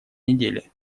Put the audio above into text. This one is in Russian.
недели